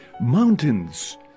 mountains